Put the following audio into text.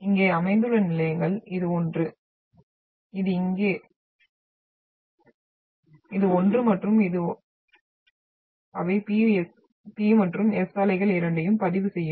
இங்கே அமைந்துள்ள நிலையங்கள் இது ஒன்று இது இங்கே இது ஒன்று மற்றும் இது ஒன்று அவை P மற்றும் S அலைகள் இரண்டையும் பதிவு செய்யும்